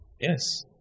Yes